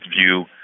view